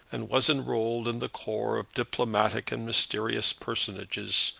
and was enrolled in the corps of diplomatic and mysterious personages,